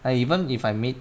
like even if I meet